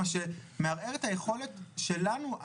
זה מערער את היכולת שלנו.